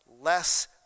less